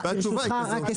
במקום אחר.